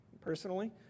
personally